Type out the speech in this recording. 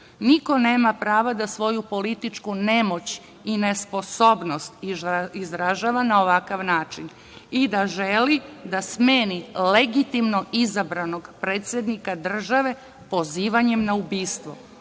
Niko nema prava da svoju političku nemoć i nesposobnost izražava na ovakav način i da želi da smeni legitimno izabranog predsednika države, pozivanjem na